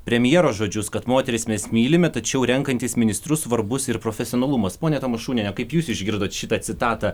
premjero žodžius kad moteris mes mylime tačiau renkantis ministrus svarbus ir profesionalumas ponia tamašūnienė kaip jūs išgirdot šitą citatą